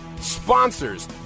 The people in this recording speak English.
sponsors